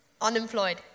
Unemployed